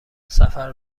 سفر